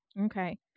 Okay